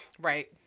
Right